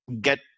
get